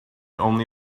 only